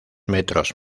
metros